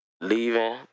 leaving